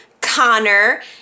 Connor